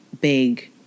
big